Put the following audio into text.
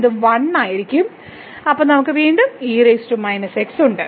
ഇത് 1 ആയിരിക്കും അപ്പോൾ നമുക്ക് ഉണ്ട്